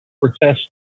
protest